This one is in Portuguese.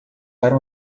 para